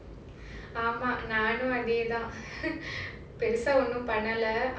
ஆமா நானும் அதே தான் பெருசா ஒன்னும் பண்ணல:aamaa naa adhae thaan perusaa onum pannala